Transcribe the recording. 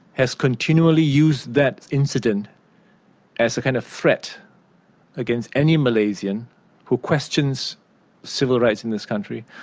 has continually used that incident as a kind of threat against any malaysian who questions civil rights in this country,